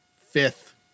fifth